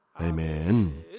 Amen